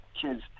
Kids